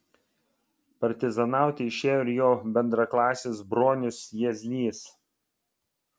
partizanauti išėjo ir jo bendraklasis bronius jieznys